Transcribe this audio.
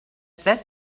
that